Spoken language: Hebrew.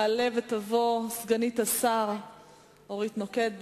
תעלה ותבוא סגנית השר אורית נוקד.